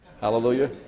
Hallelujah